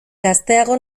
gazteago